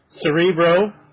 Cerebro